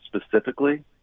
specifically